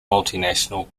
multinational